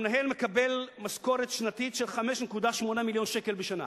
המנהל מקבל משכורת שנתית של 5.8 מיליון שקלים לשנה,